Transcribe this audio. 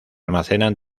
almacenan